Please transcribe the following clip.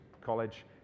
college